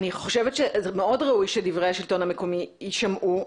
אני חושבת שזה מאוד ראוי שדברי השלטון המקומי יישמעו,